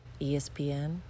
ESPN